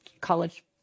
college